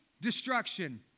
destruction